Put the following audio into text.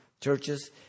churches